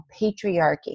patriarchy